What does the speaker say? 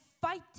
fight